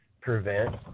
prevent